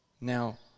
Now